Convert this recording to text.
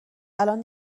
الان